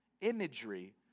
imagery